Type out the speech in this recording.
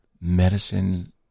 medicine